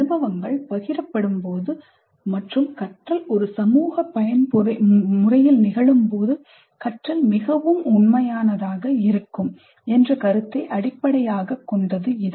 அனுபவங்கள் பகிரப்படும்போது மற்றும் கற்றல் ஒரு சமூக பயன்முறையில் நிகழும்போது கற்றல் மிகவும் உண்மையானதாக இருக்கும் என்ற கருத்தை அடிப்படையாகக் கொண்டது இது